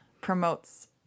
promotes